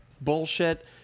bullshit